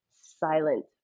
silent